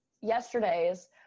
yesterday's